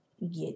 get